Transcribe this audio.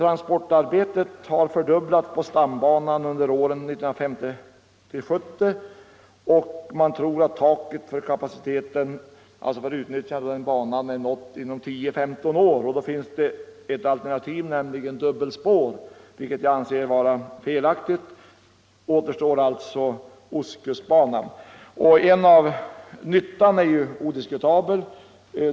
Transporterna på stambanan har under åren 1950-1970 fördubblats, och man tror att taket för utnyttjandekapaciteten där kommer att vara nått inom 10-15 år. Då finns alternativet dubbelspår, men det tycker jag det vore fel att välja. Återstår alltså en förlängning av ostkustbanan. Nyttan med en sådan förlängning är odiskutabel.